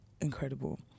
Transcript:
incredible